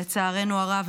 לצערנו הרב,